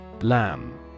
Lamb